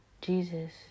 Jesus